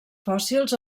fòssils